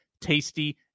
tasty